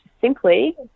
simply